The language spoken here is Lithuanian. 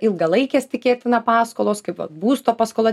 ilgalaikės tikėtina paskolos kaip vat būsto paskola